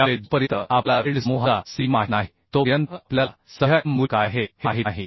त्यामुळे जोपर्यंत आपल्याला वेल्ड समूहाचा cg माहित नाही तोपर्यंत आपल्याला सध्या M मूल्य काय आहे हे माहित नाही